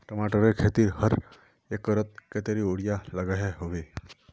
टमाटरेर खेतीत हर एकड़ोत कतेरी यूरिया लागोहो होबे?